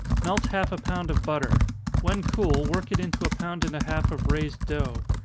melt half a pound of butter when cool, work it into a pound and a half of raised dough.